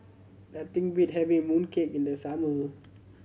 nothing beat having mooncake in the summer